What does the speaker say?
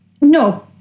No